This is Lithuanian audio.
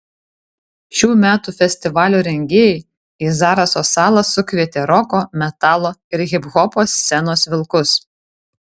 šių metų festivalio rengėjai į zaraso salą sukvietė roko metalo ir hiphopo scenos vilkus